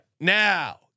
Now